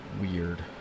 weird